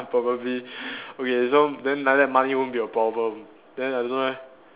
probably okay so then like that money won't be a problem then I don't know leh